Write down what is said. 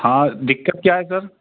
हाँ दिक्कत क्या है सर